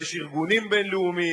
יש ארגונים בין-לאומיים,